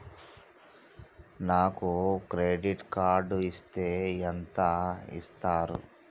నాకు credit card ఇస్తే ఎంత ఇస్తరు?